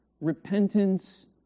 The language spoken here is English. Repentance